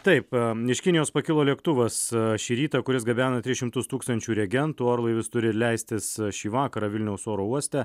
taip iš kinijos pakilo lėktuvas šį rytą kuris gabeno tris šimtus tūkstančių regentų orlaivis turi leistis šį vakarą vilniaus oro uoste